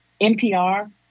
NPR